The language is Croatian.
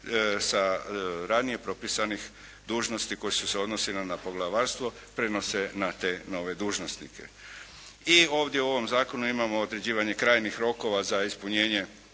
sa ranije propisanih dužnosti koje su se odnosile na Poglavarstvo prenose na te nove dužnosnike. I ovdje u ovom zakonu imamo određivanje krajnjih rokova za ispunjenje